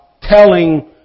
telling